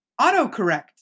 Autocorrect